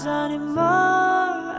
anymore